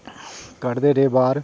कड्ढदे रेह् बाहर